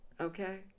Okay